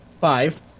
Five